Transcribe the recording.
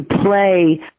play